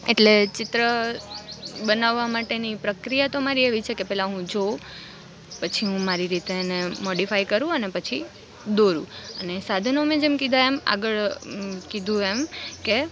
એટલે ચિત્ર બનાવવા માટેની પ્રક્રિયા તો મારી એવી છે કે પહેલાં હું જોઉ પછી હું મારી રીતે એને મોડીફાઈ કરું અને પછી દોરું અને સાધનો મેં જેમ કીધાં એમ આગળ કીધું એમ કે